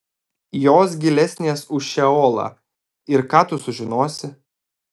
jos gilesnės už šeolą ir ką tu sužinosi